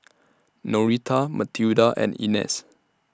Noreta Mathilda and Inez